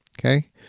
okay